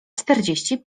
czterdzieści